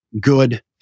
good